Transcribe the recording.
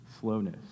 slowness